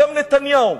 גם נתניהו,